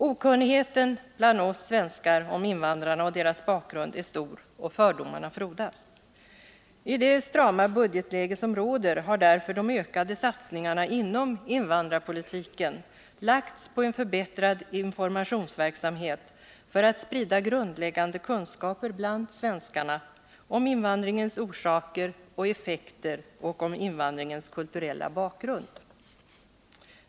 Okunnigheten bland oss svenskar om invandrarna och deras bakgrund är stor, och fördomarna frodas. I det strama budgetläge som råder har därför de ökade satsningarna inom invandrarpolitiken lagts på en förbättrad informationsverksamhet för att sprida grundläggande kunskaper bland svenskarna om invandringens orsaker och effekter och om invandringens kulturella bakgrund.